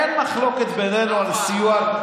אין מחלוקת בינינו על סיוע.